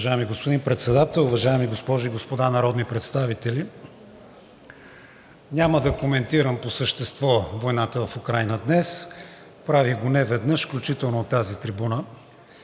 Уважаеми господин Председател, уважаеми госпожи и господа народни представители! Няма да коментирам по същество войната в Украйна днес – правих го неведнъж, включително и от тази трибуна.